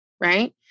right